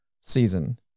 season